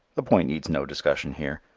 the point needs no discussion here,